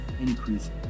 increase